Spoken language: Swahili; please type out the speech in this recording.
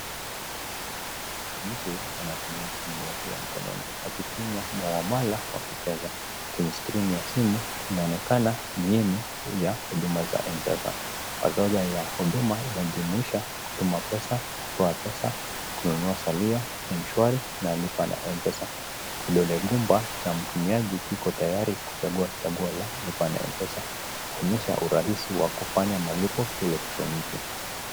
Mtu anatumia simu yake ya mkononi. Akipinya muamala wa kifedha. Kwenye skrini ya simu inaonekana menyu ya huduma za M-Pesa. Orodha ya huduma inajumuisha kutuma pesa, kutoa pesa, kununua salio, ni mshwari na lipa na M-Pesa. Kidole gumba cha mtumiaji kiko tayari kuchagua chaguo la lipa na M-Pesa. Kuonyesha urahisi wa kufanya malipo kielktroniki.